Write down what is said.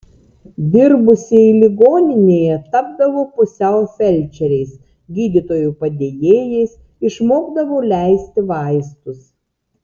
dirbusieji ligoninėje tapdavo pusiau felčeriais gydytojų padėjėjais išmokdavo leisti vaistus